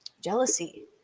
jealousy